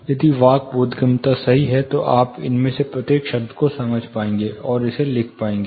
यदि वाक् बोधगम्यता सही है तो आप इनमें से प्रत्येक शब्द को समझ पाएंगे और इसे लिख पाएंगे